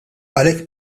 għalhekk